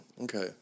Okay